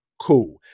cool